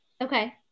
Okay